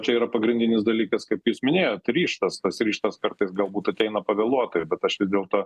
čia yra pagrindinis dalykas kaip jūs minėjot ryžtas tas ryžtas kartais galbūt ateina pavėluotai bet aš vis dėlto